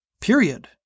period